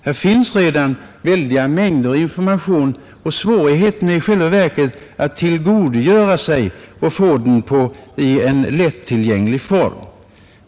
Här finns redan stora mängder information, och svårigheten är i själva verket att tillgodogöra sig denna eller att få den i lättillgänglig form.